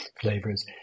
flavors